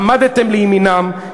עמדתם לימינם,